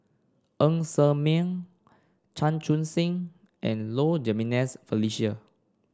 Ng Ser Miang Chan Chun Sing and Low Jimenez Felicia